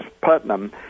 putnam